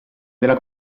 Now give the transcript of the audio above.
della